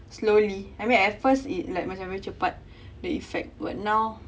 slowly I mean at first it's like macam very cepat the effect but now